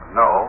no